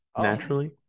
naturally